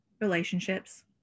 relationships